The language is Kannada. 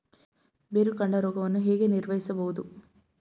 ಬೇರುಕಾಂಡ ರೋಗವನ್ನು ಹೇಗೆ ನಿರ್ವಹಿಸಬಹುದು?